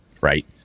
right